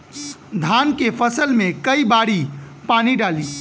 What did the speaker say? धान के फसल मे कई बारी पानी डाली?